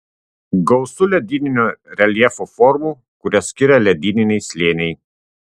gausu ledyninio reljefo formų kurias skiria ledyniniai slėniai